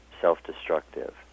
self-destructive